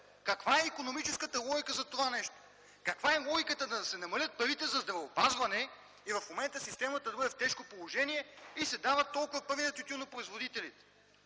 Каква е икономическата логика за това нещо?! Каква е логиката да се намалят парите за здравеопазване и в момента системата да бъде в тежко положение, и да се дават толкова пари на тютюнопроизводителите?!